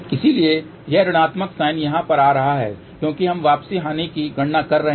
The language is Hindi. इसलिए यह ऋणात्मक साइन यहाँ पर आ रहा है क्योंकि हम वापसी हानि की गणना कर रहे हैं